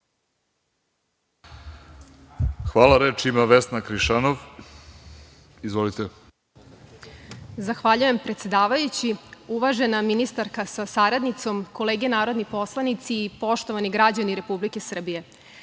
Krišanov. **Vesna Krišanov** Zahvaljujem predsedavajući. Uvažena ministarka sa saradnicom, kolege narodni poslanici, poštovani građani Republike Srbije,